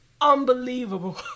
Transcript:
unbelievable